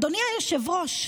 אדוני היושב-ראש,